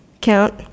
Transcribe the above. count